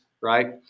Right